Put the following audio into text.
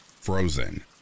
frozen